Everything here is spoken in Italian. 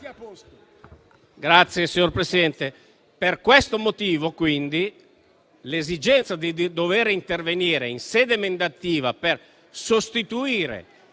Signor Presidente, per questo motivo, quindi, l'esigenza di dover intervenire in sede emendativa per sostituire